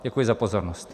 Děkuji za pozornost.